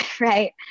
right